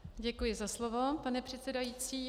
Děkuji za slovo, pane předsedající.